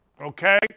okay